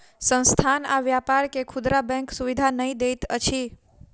संस्थान आ व्यापार के खुदरा बैंक सुविधा नै दैत अछि